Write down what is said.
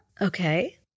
Okay